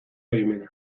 baimena